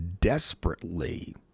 desperately